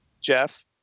Jeff